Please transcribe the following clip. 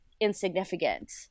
insignificant